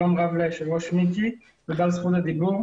שלום ליושבת-ראש מיקי חיימוביץ' וגם על זכות הדיבור.